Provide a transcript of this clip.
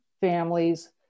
families